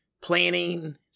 planning